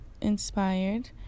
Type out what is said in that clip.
inspired